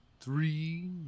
Three